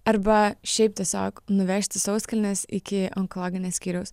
arba šiaip tiesiog nuvežti sauskelnes iki onkologinio skyriaus